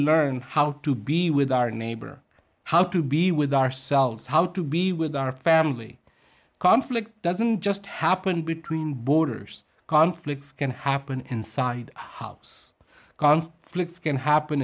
learn how to be with our neighbor how to be with ourselves how to be with our family conflict doesn't just happen between borders conflicts can happen inside helps conflicts can happen